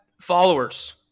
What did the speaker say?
followers